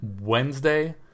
Wednesday